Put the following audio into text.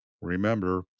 Remember